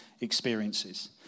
experiences